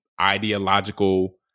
ideological